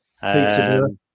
Peterborough